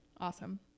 Awesome